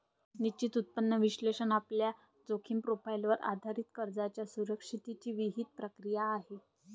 निश्चित उत्पन्न विश्लेषण आपल्या जोखीम प्रोफाइलवर आधारित कर्जाच्या सुरक्षिततेची विहित प्रक्रिया आहे